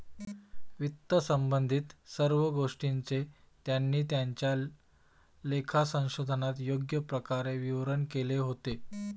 वित्तसंबंधित सर्व गोष्टींचे त्यांनी त्यांच्या लेखा संशोधनात योग्य प्रकारे विवरण केले होते